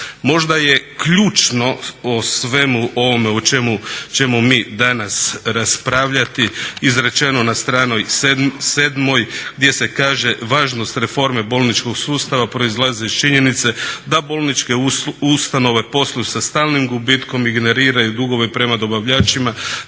Možda je ključno o svemu ovome o čemu ćemo mi danas raspravljati izrečeno na strani 7. gdje se kaže važnost reforme bolničkog sustava proizlazi iz činjenice da bolničke ustanove posluju sa stalnim gubitkom, ignoriraju dugove prema dobavljačima,